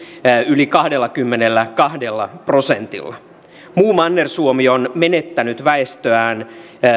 yli kahdellakymmenelläkahdella prosentilla muu manner suomi on menettänyt väestöään